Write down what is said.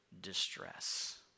distress